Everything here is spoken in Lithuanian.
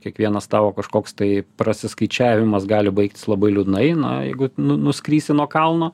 kiekvienas tavo kažkoks tai prasiskaičiavimas gali baigtis labai liūdnai na jeigu nu nuskrisi nuo kalno